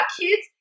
kids